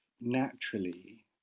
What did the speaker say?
naturally